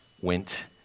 went